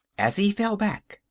as he fell back,